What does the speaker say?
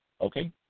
okay